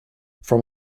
from